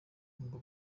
ngo